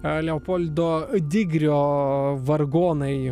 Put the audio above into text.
ar leopoldo digrio vargonai